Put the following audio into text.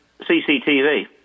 CCTV